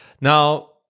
Now